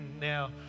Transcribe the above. Now